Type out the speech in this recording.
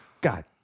God